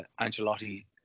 Angelotti